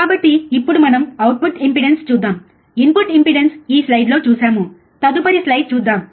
కాబట్టి ఇప్పుడు మనం అవుట్పుట్ ఇంపెడెన్స్ చూద్దాం ఇన్పుట్ ఇంపెడెన్స్ ఈ స్లైడ్ లో చూసాము తదుపరి స్లైడ్ చూద్దాం